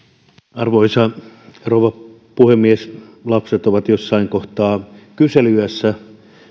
arvoisa rouva puhemies lapset ovat jossain kohtaa kyselyiässä